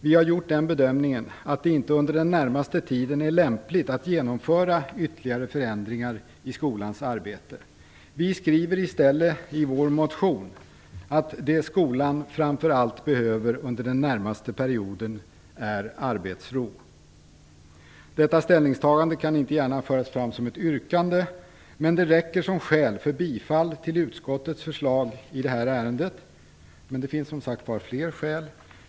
Vi har gjort den bedömningen att det inte under den närmaste tiden är lämpligt att genomföra ytterligare förändringar i skolans arbete. Vi skriver i stället i vår motion att det skolan framför allt behöver under den närmaste perioden är arbetsro. Detta ställningstagande kan inte gärna föras fram som ett yrkande. Men det räcker som skäl för bifall till utskottets förslag i detta ärende. Det finns som sagt fler skäl.